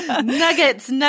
Nuggets